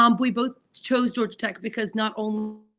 um we both chose georgia tech because not only,